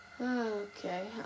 Okay